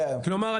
כלומר,